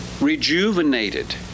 rejuvenated